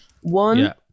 One